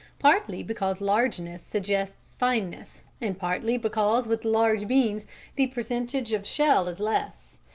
partly because largeness suggests fineness, and partly because with large beans the percentage of shell is less.